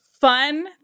fun